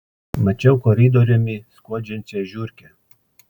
mačiau koridoriumi skuodžiančią žiurkę